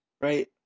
Right